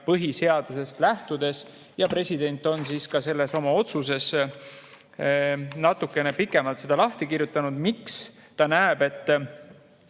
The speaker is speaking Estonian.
põhiseadusest lähtudes. President on selles oma otsuses natukene pikemalt lahti kirjutanud, miks ta näeb, et